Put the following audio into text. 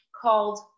called